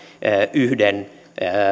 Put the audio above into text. yhden